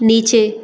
नीचे